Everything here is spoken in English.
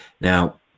now